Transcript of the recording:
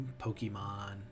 Pokemon